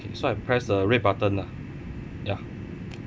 so I press the red button ah ya